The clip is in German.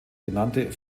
genannte